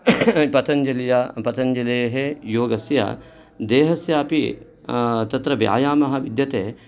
पतञ्जल्या पतञ्जलेः योगस्य देहस्यापि तत्र व्यायामः विद्यते